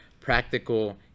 practical